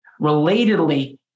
Relatedly